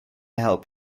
help